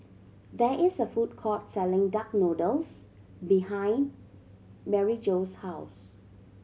there is a food court selling duck noodles behind Maryjo's house